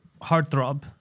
heartthrob